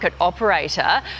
operator